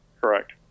Correct